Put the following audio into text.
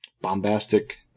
bombastic